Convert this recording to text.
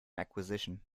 acquisition